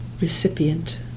recipient